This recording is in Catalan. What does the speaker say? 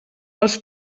els